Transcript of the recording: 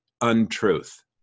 untruth